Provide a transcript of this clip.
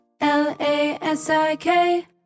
L-A-S-I-K